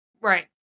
Right